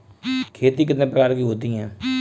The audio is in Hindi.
खेती कितने प्रकार की होती है?